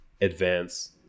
advance